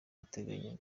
bateganya